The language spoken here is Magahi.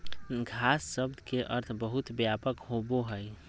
घास शब्द के अर्थ बहुत व्यापक होबो हइ